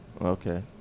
Okay